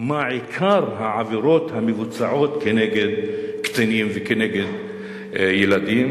מה עיקר העבירות המבוצעות כנגד קטינים וכנגד ילדים.